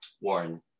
Warren